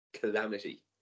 calamity